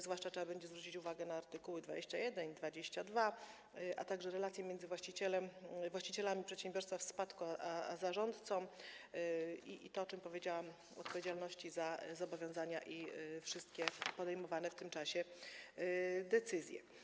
Zwłaszcza trzeba zwrócić uwagę na art. 21 i 22, a także na relacje między właścicielami przedsiębiorstwa w spadku a zarządcą i na to, o czym powiedziałam, na odpowiedzialność za zobowiązania i wszystkie podejmowane w tym czasie decyzje.